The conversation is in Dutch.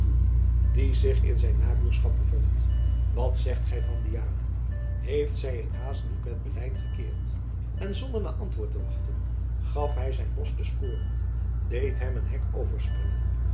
die zich in zijn nabuurschap bevond wat zegt gy van diana heeft zy het haas ook met beleid gekeerd en zonder naar antwoord te wachten gaf hy zijn ros de sporen deed hem een hek